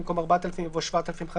במקום "4,000" יבוא "7,500"